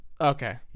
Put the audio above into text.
Okay